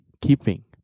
keeping